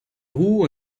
ruhe